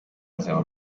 buzima